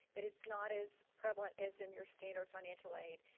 but it's not as prevalent as in your standard financial aid.